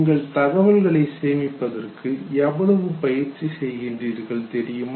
இந்த தகவல்களை சேமிப்பதற்கு எவ்வளவு பயிற்சி செய்கின்றீர்கள் தெரியுமா